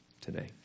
today